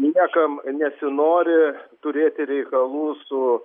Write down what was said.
niekam nesinori turėti reikalų su